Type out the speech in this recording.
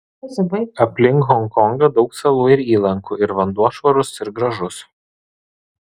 aplink honkongą daug salų ir įlankų ir vanduo švarus ir gražus